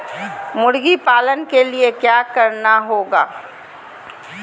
मुर्गी पालन के लिए क्या करना होगा?